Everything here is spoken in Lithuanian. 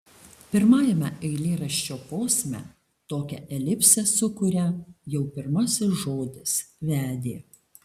pirmajame eilėraščio posme tokią elipsę sukuria jau pirmasis žodis vedė